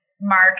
Mark